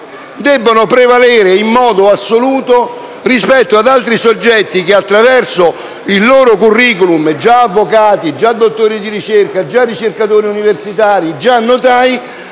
debbano prevalere in modo assoluto rispetto ad altri che, attraverso il loro *curriculum* (già avvocati, già dottori di ricerca, già ricercatori universitari, già notai),